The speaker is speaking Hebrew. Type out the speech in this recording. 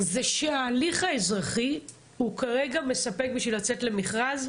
זה שההליך האזרחי הוא כרגע מספק בשביל לצאת למכרז?